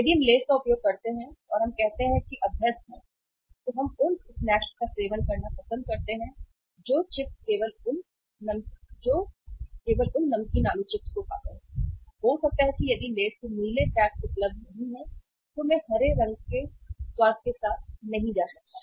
यदि हम Lays का उपयोग करते हैं और हम कहते हैं कि अभ्यस्त हैं तो हम उन स्नैक्स का सेवन करना पसंद करते हैं जो चिप्स केवल उन नमकीन आलू चिप्स को खाते हैं हो सकता है कि यदि Lays के नीले पैक उपलब्ध नहीं हैं तो मैं हरे रंग के स्वाद में साथ नहीं जा सकता